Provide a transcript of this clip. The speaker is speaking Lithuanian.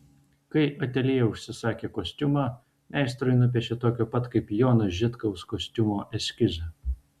kai ateljė užsisakė kostiumą meistrui nupiešė tokio pat kaip jono žitkaus kostiumo eskizą